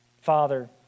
father